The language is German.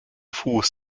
fuß